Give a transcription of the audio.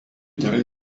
gerai